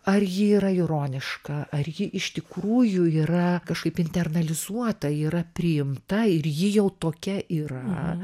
ar ji yra ironiška ar ji iš tikrųjų yra kažkaip internalizuota yra priimta ir ji jau tokia yra